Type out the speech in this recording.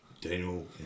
Daniel